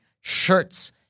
shirts